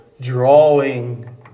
drawing